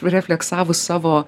refleksavus savo